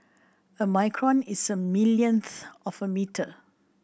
a micron is a millionth of a metre